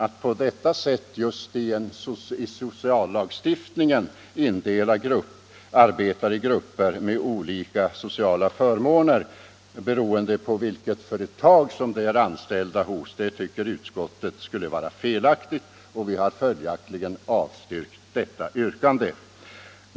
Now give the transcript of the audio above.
Att på detta sätt just i sociallagstiftningen indela arbetare i grupper med olika sociala förmåner beroende på vilket företag de är anställda i tycker utskottet skulle vara felaktigt. Vi har följaktligen avstyrkt detta yrkande.